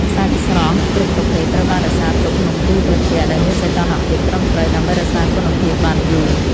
សាច់ស្រស់គ្រប់ប្រភេទត្រូវបានរក្សាទុកក្នុងទូត្រជាក់ដែលមានសីតុណ្ហភាពត្រឹមត្រូវដើម្បីរក្សាគុណភាពបានយូរ។